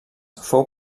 fou